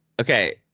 Okay